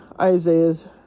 Isaiah's